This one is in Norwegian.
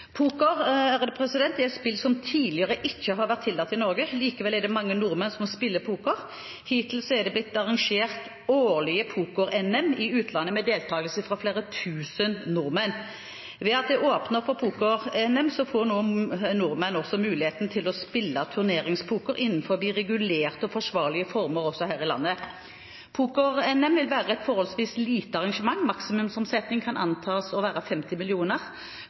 Poker er et spill som tidligere ikke har vært tillatt i Norge. Likevel er det mange nordmenn som spiller poker. Hittil er det blitt arrangert årlige poker-NM i utlandet med deltagelse fra flere tusen nordmenn. Ved at det er åpnet for poker-NM, får nå nordmenn muligheten til å spille turneringspoker innenfor regulerte og forsvarlige former også her i landet. Poker-NM vil være et forholdsvis lite arrangement. Maksimumsomsetning kan antas å være 50